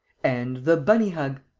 and the bunny hug.